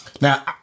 Now